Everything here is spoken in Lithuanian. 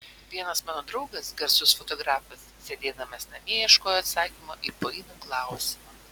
vienas mano draugas garsus fotografas sėdėdamas namie ieškojo atsakymo į painų klausimą